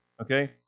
okay